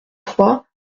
trois